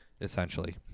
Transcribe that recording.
essentially